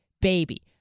baby